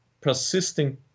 persisting